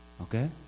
Okay